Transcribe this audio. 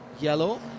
yellow